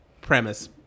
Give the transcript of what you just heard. premise